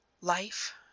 Life